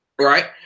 right